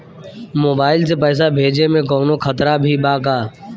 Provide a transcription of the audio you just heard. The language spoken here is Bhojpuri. मोबाइल से पैसा भेजे मे कौनों खतरा भी बा का?